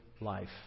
life